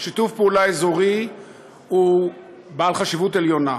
שיתוף פעולה אזורי הוא בעל חשיבות עליונה.